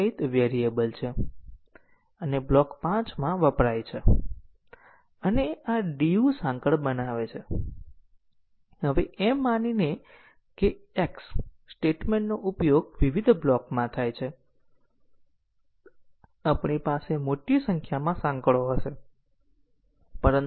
આપણે જાણીએ છીએ કે કેટલા રસ્તાઓ છે ત્યાં કેટલા લીનીયર રીતે ઈન્ડીપેન્ડન્ટ માર્ગો છે પરંતુ આપણે પોતાને પાથ જાણતા નથી અને જરૂરી પાથની સંખ્યા જાણ્યા પછી પણ